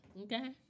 Okay